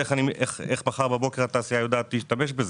איך מחר בבוקר התעשייה יודעת להשתמש בזה.